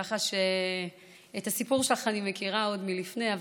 כך שאת הסיפור שלך אני מכירה עוד לפני כן,